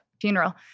funeral